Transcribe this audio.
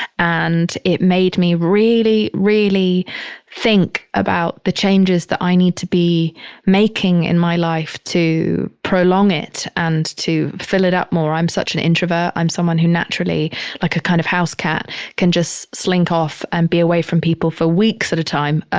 and it made me really, really think about the changes that i need to be making in my life to prolong it and to fill it up more. i'm such an introvert. i'm someone who naturally like a kind of house cat can just slink off and be away from people for weeks at a time.